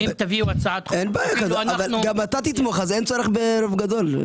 גם אתה תתמוך אז אין צורך ברוב גדול.